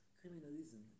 criminalism